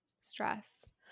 stress